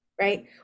right